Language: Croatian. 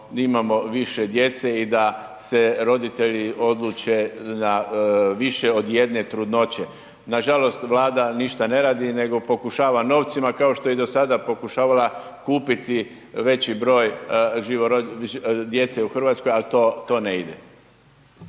više djece i da se roditelji odluče na više od jedne trudnoće. Nažalost, Vlada ništa ne radi nego pokušava novcima kao što je i do sada pokušavala kupiti veći broj djece u RH, al to, to ne ide.